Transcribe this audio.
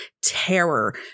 terror